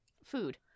Food